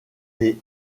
les